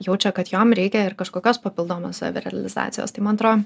jaučia kad jom reikia ir kažkokios papildomos savirealizacijos tai man atrodo